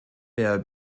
der